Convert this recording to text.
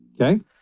Okay